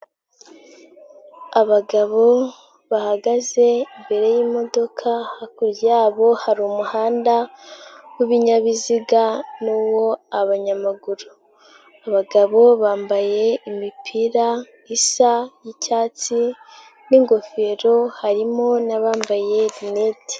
Abagabo bahagaze imbere y'imodoka hakurya yabo hari umuhanda w'ibinyabiziga n'uwo abanyamaguru. Abagabo bambaye imipira isa y'icyatsi n'ingofero harimo nabambaye rineti.